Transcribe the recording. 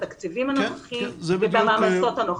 בתקציבים הנוכחיים ובמעמסות הנוכחיות.